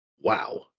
Wow